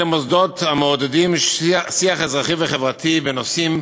אלה מוסדות המעודדים שיח אזרחי וחברתי בנושאים